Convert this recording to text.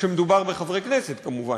כשמדובר בחברי הכנסת כמובן.